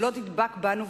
שלא תדבק בנו,